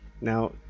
Now